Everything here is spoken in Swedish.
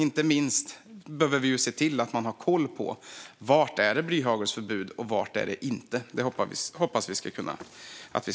Inte minst behöver vi ju se till att man har koll på var blyhagelförbudet gäller och inte. Det hoppas vi att vi ska kunna klargöra.